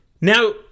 Now